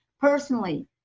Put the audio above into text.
personally